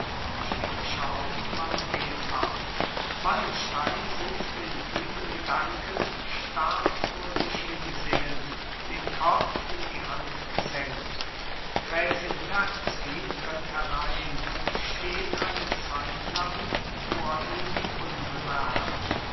schwedischer hauptmann geht ab wallenstein sitzt in tiefen gedanken starr vor sich hinsehend den kopf in die hand gesenkt gräfin terzky tritt herein und steht eine zeitlang vor ihm unbemerkt